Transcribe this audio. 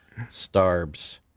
Starbs